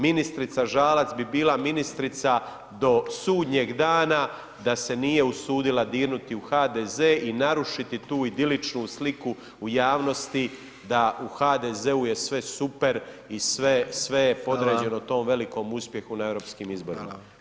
Ministrica Žalac bi bila ministrica do sudnjeg dana da se nije usudila dirnuti u HDZ i narušiti tu idiličnu sliku u javnosti da u HDZ-u je sve super i sve, sve je podređeno [[Upadica: Hvala.]] tom velikom uspjehu na europskim izborima.